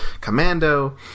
Commando